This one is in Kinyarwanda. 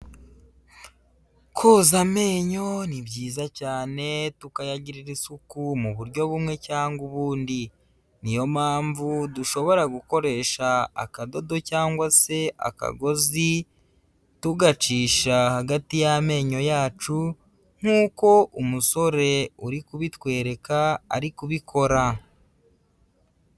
Koza amenyo ni byiza cyane tukayagirira isuku mu buryo bumwe cyangwa ubundi, niyo mpamvu dushobora gukoresha akadodo cyangwa se akagozi tugacisha hagati y'amenyo yacu nkuko umusore uri kubitwereka ari kubikora.